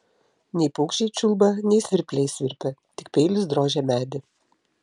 nei paukščiai čiulba nei svirpliai svirpia tik peilis drožia medį